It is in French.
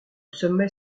sommet